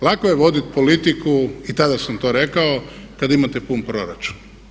Lako je voditi politiku i tada sam to rekao kad imate pun proračun.